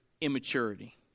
immaturity